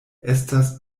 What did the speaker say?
estas